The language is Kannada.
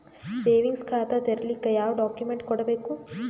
ಸೇವಿಂಗ್ಸ್ ಖಾತಾ ತೇರಿಲಿಕ ಯಾವ ಡಾಕ್ಯುಮೆಂಟ್ ಕೊಡಬೇಕು?